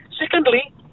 Secondly